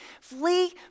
Flee